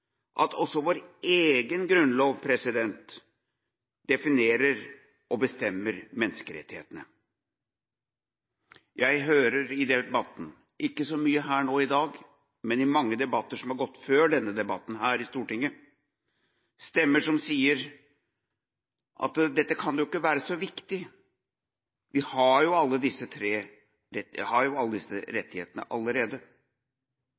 at også vår egen grunnlov definerer og bestemmer menneskerettighetene. Jeg hører i debatten – ikke så mye her nå i dag, men i mange debatter som har vært før denne debatten – her i Stortinget stemmer som sier at dette kan da ikke være så viktig, vi har jo alle disse rettighetene allerede. Jeg har tre